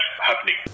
happening